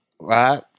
right